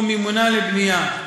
או מימונה לבנייה,